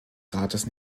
rates